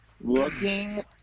Looking